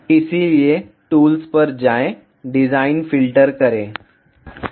vlcsnap 2018 09 24 20h28m11s107 इसलिए tools पर जाएं डिज़ाइन फ़िल्टर करें